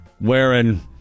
wearing